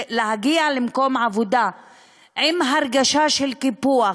להגיע למקום העבודה עם הרגשה של קיפוח,